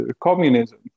communism